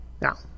Now